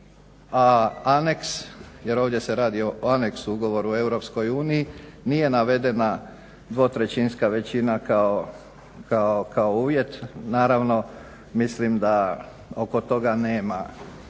a anex, jer ovdje se radi o anexu Ugovoru o EU nije navedena dvotrećinska većina kao uvjet. Naravno mislim da oko toga nema